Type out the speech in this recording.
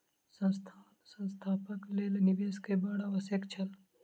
संस्थान स्थापनाक लेल निवेश के बड़ आवश्यक छल